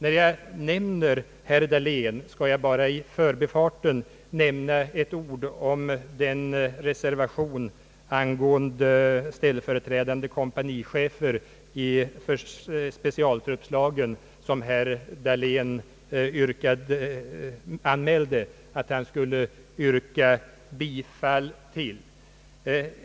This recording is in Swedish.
Då jag nämner herr Dahlén skall jag bara i förbifarten säga ett ord om den reservation angående ställföreträdande kompanichefer i specialtruppslagen som han anmälde att han skulle yrka bifall till.